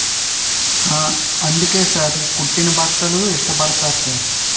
అందుకే సార్ కుట్టిన బట్టలు ఇష్టపడతారు సార్